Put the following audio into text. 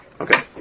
Okay